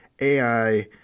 AI